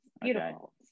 beautiful